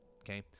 Okay